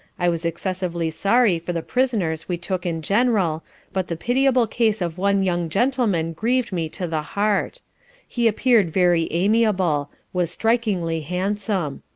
i was excessively sorry for the prisoners we took in general but the pitiable case of one young gentleman grieved me to the heart he appear'd very amiable was strikingly handsome.